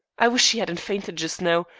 i wish she hadn't fainted just now.